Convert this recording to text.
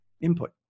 input